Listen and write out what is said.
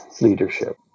leadership